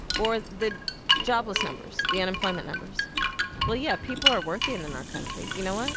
or the jobless numbers, the unemployment numbers well, yeah, people are working in our country. you know what?